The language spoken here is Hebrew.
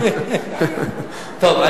טוב,